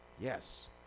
Yes